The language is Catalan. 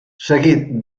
seguit